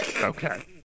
Okay